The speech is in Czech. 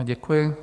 Děkuji.